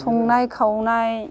संनाय खावनाय